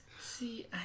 See